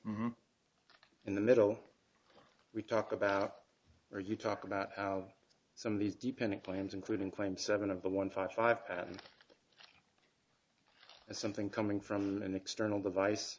in the middle we talk about or you talk about some of these dependent plans including claim seven of the one five patent and something coming from an external device